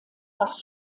fast